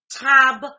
tab